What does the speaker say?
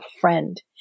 friend